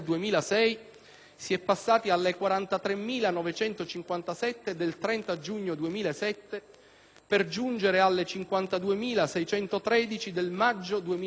si è passati alle 43.957 del 30 giugno 2007, per giungere alle 52.613 del maggio 2008.